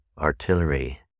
artillery